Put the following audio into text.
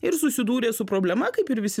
ir susidūrė su problema kaip ir visi